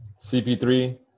CP3